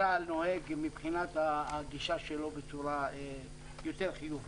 שנוהג מבחינת הגישה שלו בצורה יותר חיובית.